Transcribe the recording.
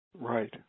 Right